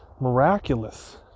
Miraculous